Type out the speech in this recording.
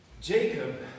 Jacob